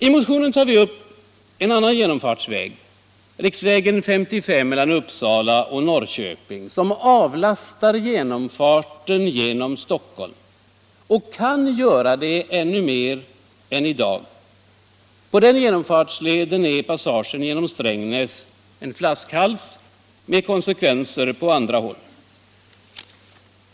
I motionen tar vi upp en annan genomfartsväg, riksväg 55 mellan Uppsala och Norrköping. Den avlastar genomfarten genom Stockholm och kan göra det ännu mer än i dag. På den genomfartsleden är passagen genom Strängnäs en flaskhals som får konsekvenser på andra håll.